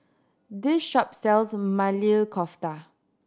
this shop sells Maili Kofta